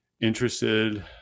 Interested